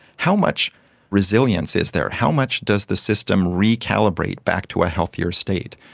how much resilience is there, how much does the system recalibrate back to a healthier state.